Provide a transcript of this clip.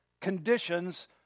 conditions